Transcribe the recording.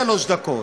אין שלוש דקות.